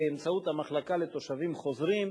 באמצעות המחלקה לתושבים חוזרים,